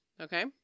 okay